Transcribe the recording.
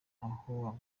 aho